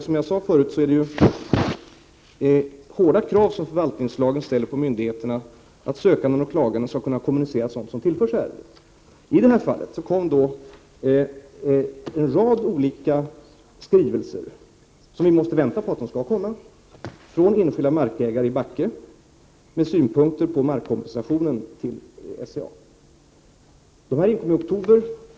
Som jag sade förut ställer förvaltningslagen hårda krav på myndigheterna när det gäller att sökande och klagande skall kunna kommunicera när det gäller sådant som tillförs ärendet. I det här fallet kom det en rad olika skrivelser, som vi måste vänta på, från enskilda markägare i Backe med synpunkter på markkompensationen till SCA. Dessa inkom i oktober.